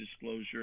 disclosure